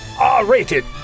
R-rated